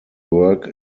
work